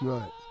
Right